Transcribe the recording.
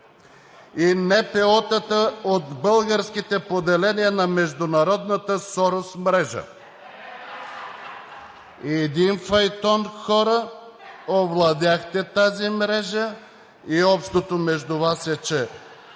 и НПО-та от българските поделения на международната Сорос мрежа. (Шум и реплики.) Един файтон хора овладяхте тази мрежа и общото между Вас е, че